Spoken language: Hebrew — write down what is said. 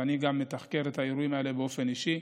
ואני גם מתחקר את האירועים האלה באופן אישי.